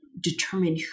determine